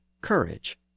courage